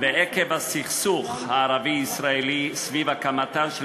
ועקב הסכסוך הערבי ישראלי סביב הקמתה של